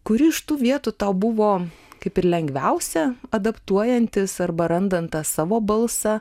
kuri iš tų vietų tau buvo kaip ir lengviausia adaptuojantis arba randant tą savo balsą